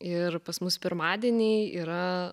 ir pas mus pirmadieniai yra